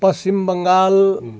Paschim Bengal